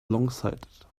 longsighted